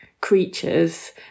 creatures